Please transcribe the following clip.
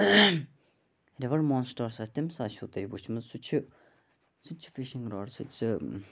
river monster تٔمِس آسوٕ تۄہہِ وُچھمٕژ سُہ چھُ سُہ تہِ چھُ فِشِنٛگ راڈ سۭتۍ سُہ